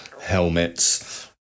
helmets